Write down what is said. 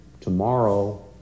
Tomorrow